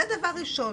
זה דבר ראשון.